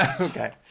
Okay